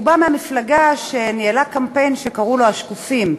הוא בא מהמפלגה שניהלה קמפיין שקראו לו "השקופים",